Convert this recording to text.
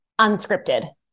unscripted